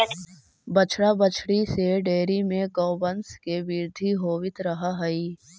बछड़ा बछड़ी से डेयरी में गौवंश के वृद्धि होवित रह हइ